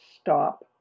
stop